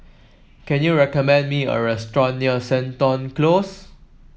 can you recommend me a restaurant near Seton Close